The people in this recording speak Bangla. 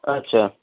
আচ্ছা